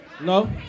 No